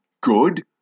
good